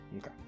Okay